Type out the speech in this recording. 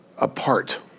apart